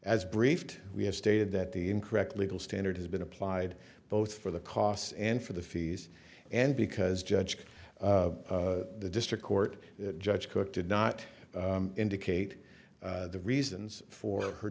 as briefed we have stated that the incorrect legal standard has been applied both for the costs and for the fees and because judge the district court judge cook did not indicate the reasons for her